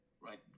right